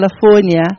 California